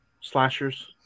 slashers